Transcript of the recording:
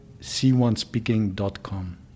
c1speaking.com